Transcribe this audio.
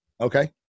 Okay